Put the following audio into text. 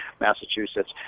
Massachusetts